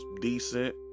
decent